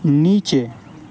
نیچے